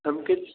हम कुछ